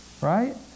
right